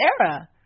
era